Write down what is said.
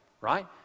right